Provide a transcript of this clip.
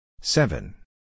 Seven